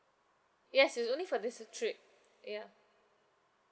yes it's only for this uh trip ya